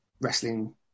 Wrestling